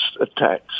attacks